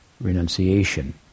renunciation